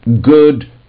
good